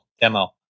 demo